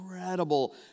incredible